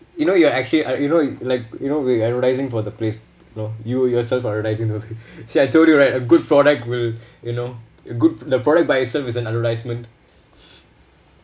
you know you're actually I you know you like you know you're advertising for the place know you yourself advertising those see I told you right a good product will you know a good the product by itself is an advertisement